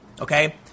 okay